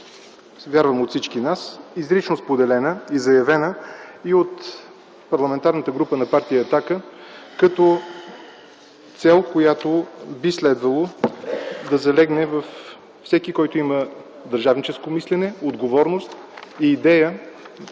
вярвам от всички нас, изрично споделена и заявена и от Парламентарната група на партия „Атака” като цел, която би следвало да залегне във всеки, който има държавническо мислене, отговорност и идея